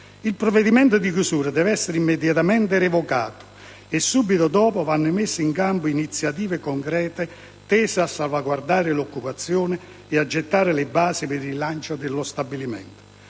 Il provvedimento di chiusura deve essere immediatamente revocato e subito dopo vanno messe in campo iniziative concrete tese a salvaguardare l'occupazione e a gettare le basi per il rilancio dello stabilimento.